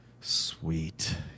Sweet